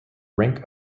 rank